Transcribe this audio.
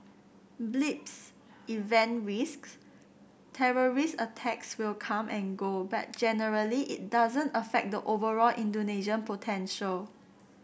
blips event risks terrorist attacks will come and go but generally it doesn't affect the overall Indonesian potential